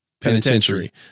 penitentiary